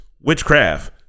witchcraft